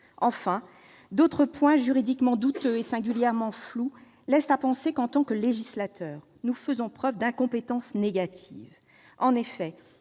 Enfin, d'autres points juridiquement douteux et singulièrement flous laissent à penser que nous devons, en tant que législateurs, preuve d'incompétence négative. En effet,